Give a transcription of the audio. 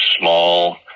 small